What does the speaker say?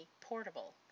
portable